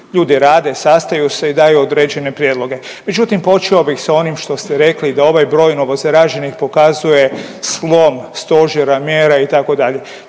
Ljudi rade, sastaju se i daju određene prijedloge. Međutim, počeo bih s onim što ste rekli da ovaj broj novozaraženih pokazuje slom stožera mjera itd.,